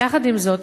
יחד עם זאת,